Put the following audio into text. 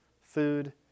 food